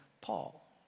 Paul